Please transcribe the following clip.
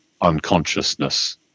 unconsciousness